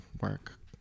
work